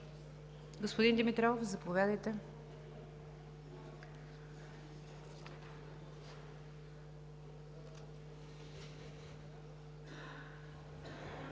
господин Димитров, заповядайте.